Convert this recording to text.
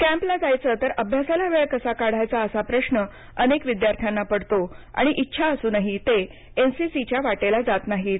कॅम्पला जायचं तर अभ्यासाला वेळ कसा काढायचा असा प्रश्न अनेक विद्यार्थ्यांना पडतो आणि इच्छा असूनही ते एनसीसीच्या वाटेला जात नाहीत